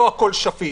לא הכול שפיט,